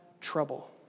trouble